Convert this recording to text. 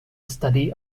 study